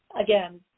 again